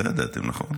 לא ידעתם, נכון?